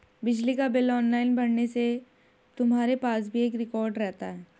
बिजली का bill online भरने से तुम्हारे पास भी एक रिकॉर्ड रहता है